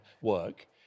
work